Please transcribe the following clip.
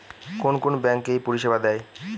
কোন কোন ব্যাঙ্ক এই পরিষেবা দেয়?